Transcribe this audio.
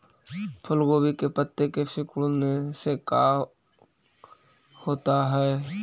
फूल गोभी के पत्ते के सिकुड़ने से का होता है?